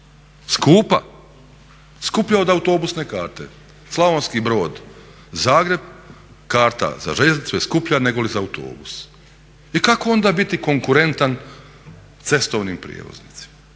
Skupa, skuplja od autobusne karte. Slavonski Brod-Zagreb, karta za željeznicu je skuplja nego za autobus. I kako onda biti konkurentan cestovnim prijevoznicima?